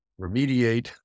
remediate